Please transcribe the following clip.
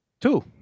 two